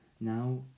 Now